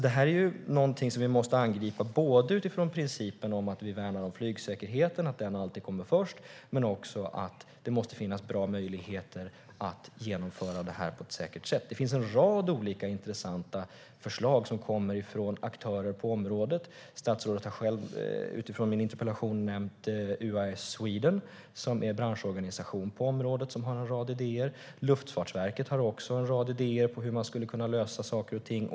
Det här är någonting som vi måste angripa utifrån principen att vi värnar om flygsäkerheten, att den alltid kommer först. Men det handlar också om att det måste finnas bra möjligheter att genomföra det här på ett säkert sätt. Det finns en rad intressanta förslag som kommer från aktörer på området. Statsrådet har själv, utifrån min interpellation, nämnt UAS Sweden, som är branschorganisation på området och som har en rad idéer. Luftfartsverket har också en rad idéer om hur man skulle kunna lösa saker och ting.